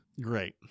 Great